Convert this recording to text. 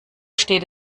steht